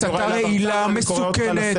-- הסתה רעילה, מסוכנת.